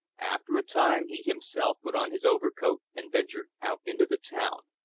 after a time he himself put on his overcoat and ventured out into the town.